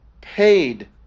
paid